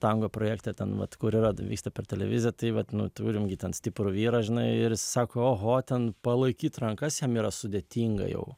tango projekte ten mat kur yra vyksta per televiziją tai vat nu turim gi ten stiprų vyrą žinai ir sako oho ten palaikyt rankas jam yra sudėtinga jau